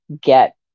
get